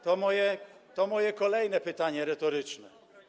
To jest moje kolejne pytanie retoryczne.